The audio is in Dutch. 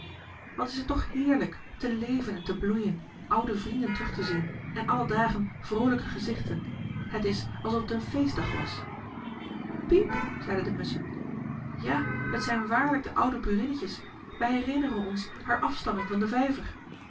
wat is het toch heerlijk te leven en te bloeien oude vrienden terug te zien en alle dagen vroolijke gezichten het is alsof het een feestdag was piep zeiden de musschen ja het zijn waarlijk de oude burinnetjes wij herinneren ons haar afstamming van den vijver